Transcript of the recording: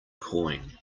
coin